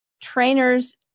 trainers